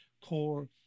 core